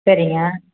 சரிங்க